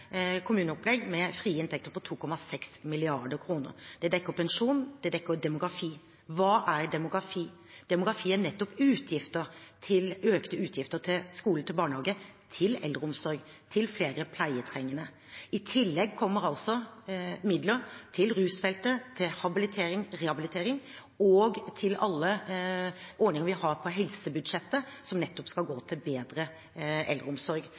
demografi? Demografi er nettopp økte utgifter til skole, barnehage og eldreomsorg – til flere pleietrengende. I tillegg kommer midler til rusfeltet, habilitering, rehabilitering og alle de ordningene vi har på helsebudsjettet som nettopp skal gå til bedre eldreomsorg.